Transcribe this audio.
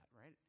right